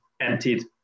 emptied